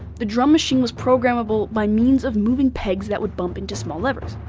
the drum machine was programmable by means of moving pegs that would bump into small levers.